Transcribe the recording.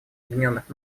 объединенных